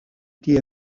tie